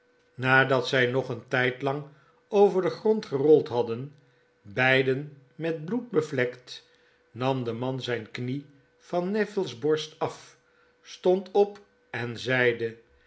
nadat zij nog een tijdlang over den grond gerold hadden beiden met bloed bevlekt nam de man zijn knie van neville's borst af stond op en zeide